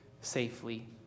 safely